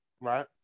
right